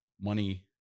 money